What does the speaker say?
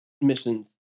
missions